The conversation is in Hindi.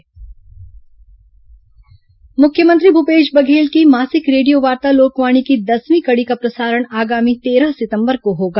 लोकवाणी मुख्यमंत्री भूपेश बघेल की मासिक रेडियोवार्ता लोकवाणी की दसवीं कड़ी का प्रसारण आगामी तेरह सितंबर को होगा